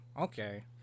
okay